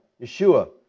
Yeshua